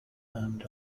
earned